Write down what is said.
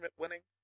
winning